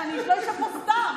שאני לא אשב פה סתם.